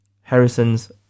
Harrison's